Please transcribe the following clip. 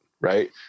right